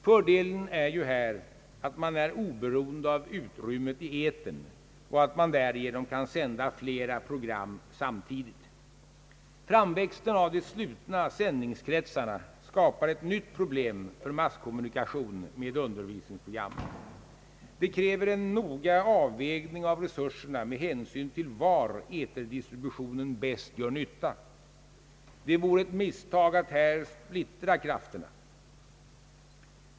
Fördelen är ju här att man är oberoende av utrymmet i etern och att man därigenom kan sända flera program samtidigt. Framväxten av de slutna sändningskretsarna skapar ett nytt problem för masskommunikation med undervisningsprogram. Det kräver en noggrann avvägning av resurserna med hänsyn till var eterdistribution bäst kan göra nytta. Det vore ett misstag att här splittra krafterna.